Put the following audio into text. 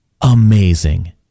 Amazing